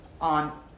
on